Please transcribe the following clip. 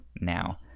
now